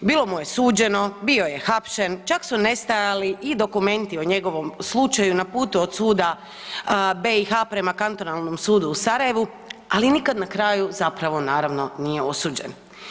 Bilo mu je suđeno, bio je hapšen, čak su nestajali i dokumenti o njegovom slučaju na putu od suda BiH prema kantonalnom sudu u Sarajevu, ali nikad na kraju zapravo naravno nije osuđen.